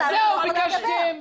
אני רוצה הסבר למה היא לא יכולה לדבר.